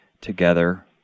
together